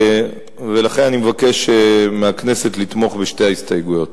לכן, אני מבקש מהכנסת לתמוך בשתי ההסתייגויות.